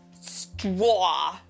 straw